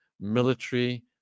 military